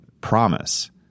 promise